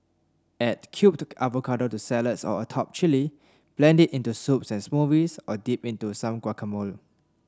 add cubed avocado to salads or atop chilli blend it into soups and smoothies or dip into some guacamole